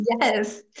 Yes